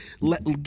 Let